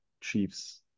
Chiefs